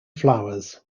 flowers